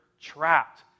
trapped